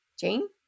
Jane